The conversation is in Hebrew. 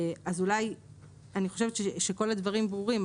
אני חושבת שכל הדברים ברורים,